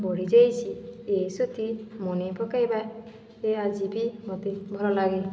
ବଢ଼ି ଯାଇଛି ଏ ସ୍ମୃତି ମନେ ପକାଇବା ଏ ଆଜିବି ମୋତେ ଭଲ ଲାଗେ